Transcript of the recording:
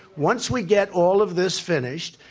once we get all of this finished,